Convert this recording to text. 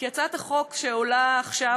כי הצעת החוק שעולה עכשיו,